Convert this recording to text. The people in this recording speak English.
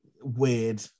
weird